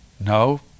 No